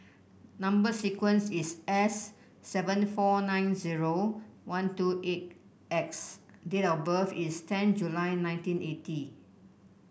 number sequence is S seven four nine zero one two eight X date of birth is ten July nineteen eighty